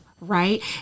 right